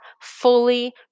fully